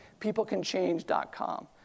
peoplecanchange.com